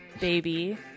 baby